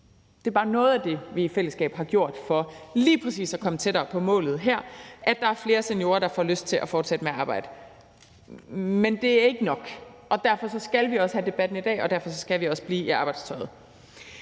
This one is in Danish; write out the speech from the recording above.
Det er bare noget af det, vi i fællesskab har gjort for lige præcis at komme tættere på målet her, altså at der er flere seniorer, der får lyst til at fortsætte med at arbejde. Men det er ikke nok, og derfor skal vi også have debatten i dag, og derfor skal vi også blive i arbejdstøjet.